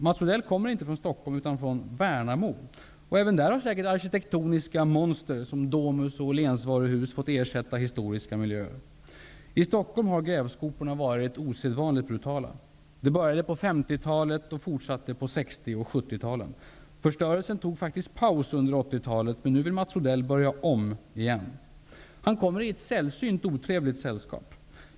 Mats Odell kommer inte från Stockholm utan från Värnamo, och även där har säkert arkitektoniska monster som Domus och Åhlensvaruhus fått ersätta historiska miljöer. I Stockholm har grävskoporna varit osedvanligt brutala. Det började på 50-talet och fortsatte på 60 och 70 Förstörelsen tog faktiskt paus under 80-talet, men nu vill Mats Odell börja om igen. Han kommer i ett sällsynt otrevligt sällskap.